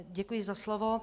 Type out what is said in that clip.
Děkuji za slovo.